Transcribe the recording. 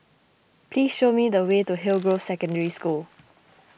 please show me the way to Hillgrove Secondary School